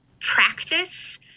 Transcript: practice